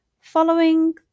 Following